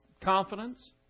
confidence